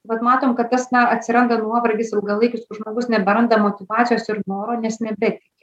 vat matom kad tas na atsiranda nuovargis ilgalaikis žmogus neberanda motyvacijos ir noro nes nebetiki